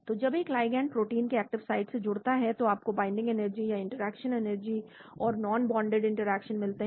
तो जब एक लिगैंड प्रोटीन के एक्टिव साइट से जुड़ता है तो आपको बाइंडिंग एनर्जी या इंटरेक्शन एनर्जी और नॉनबोंडेड इंटरेक्शन मिलते हैं